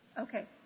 Okay